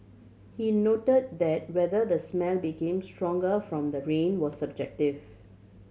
he note that whether the smell became stronger from the rain was subjective